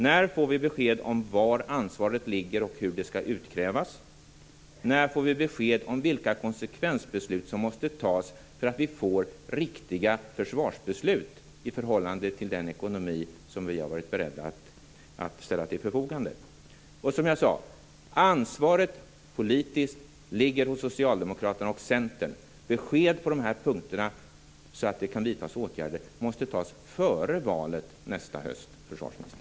När får vi besked om var ansvaret ligger och hur det skall utkrävas? När får vi besked om vilka konsekvensbeslut som måste fattas så att det blir riktiga försvarsbeslut i förhållande till de resurser som vi har varit beredda att ställa till förfogande? Som jag sade: Det politiska ansvaret ligger hos Socialdemokraterna och Centern. Besked på dessa punkter så att det kan vidtas åtgärder måste ges före valet nästa höst, försvarsministern.